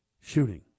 shooting